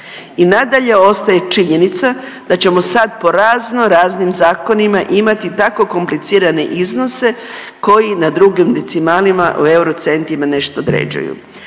i nadalje ostaje činjenica da ćemo sad po razno raznim zakonima imati tako komplicirane iznose koji na drugim decimalima u euro centima nešto određuju.